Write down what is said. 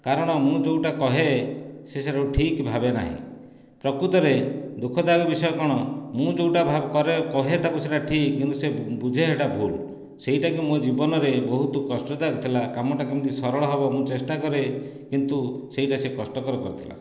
କାରଣ ମୁଁ ଯେଉଁଟା କୁହେ ସେ ସେଇଟାକୁ ଠିକ୍ ଭାବେ ନାହିଁ ପ୍ରକୃତରେ ଦୁଃଖଦାୟକ ବିଷୟ କ'ଣ ମୁଁ ଯେଉଁଟା ଭାବେ କରେ କୁହେ ତାକୁ ଠିକ୍ କିନ୍ତୁ ସେ ବୁଝେ ସେଇଟା ଭୁଲ ସେଇଟା କି ମୋ ଜୀବନରେ ବହୁତ କଷ୍ଟଦାୟକ ଥିଲା କାମଟା କେମିତି ସରଳ ହେବ ମୁ ଚେଷ୍ଟା କରେ କିନ୍ତୁ ସେଇଟା ସେ କଷ୍ଟକର କରିଥିଲା